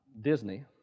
Disney